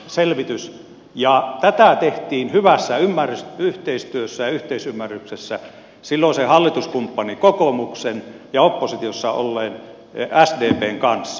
selvitys ja tätä tehtiin hyvässä yhteistyössä ja yhteisymmärryksessä silloisen hallituskumppanin kokoomuksen ja oppositiossa olleen sdpn kanssa